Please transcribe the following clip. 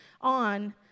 on